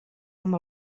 amb